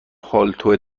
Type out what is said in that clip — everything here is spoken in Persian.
پالتو